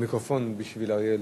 המיקרופון בשביל אריה אלדד,